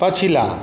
पछिला